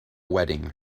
wedding